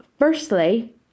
Firstly